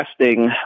testing